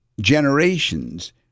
generations